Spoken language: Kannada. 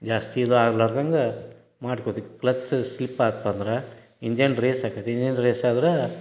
ಜಾಸ್ತಿ ಇದು ಆಗ್ಲಾರ್ದಂಗೆ ಮಾಡಿ ಕೊಡ್ತೀವಿ ಕ್ಲಚ್ಚು ಸ್ಲಿಪ್ ಆಗ್ತಂದ್ರೆ ಇಂಜನ್ ರೈಸ್ ಅಕ್ಕತಿ ಇಂಜಿನ್ ರೈಸಾದ್ರೆ